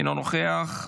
אינו נוכח,